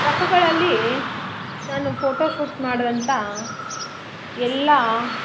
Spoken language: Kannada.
ಟ್ರಕ್ಗಳಲ್ಲಿ ನಾನು ಫೋಟೋಶೂಟ್ ಮಾಡ್ದಂಥ ಎಲ್ಲ